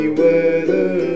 weather